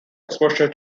exposure